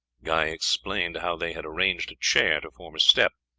guy explained how they had arranged a chair to form a step.